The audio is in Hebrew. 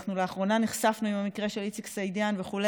אנחנו באחרונה נחשפנו למקרה של איציק סעידיאן וכו',